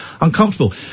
uncomfortable